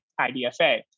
IDFA